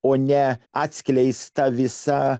o ne atskleista visa